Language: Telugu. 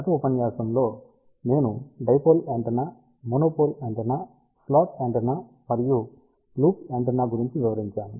గత ఉపన్యాసంలో నేను dipole antenna monopole antenna slot antenna మరియు లూప్ యాంటెన్నా గురించి వివరించాను